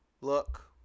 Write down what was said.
look